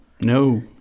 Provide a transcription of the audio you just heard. No